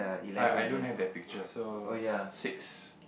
I I don't have that picture so six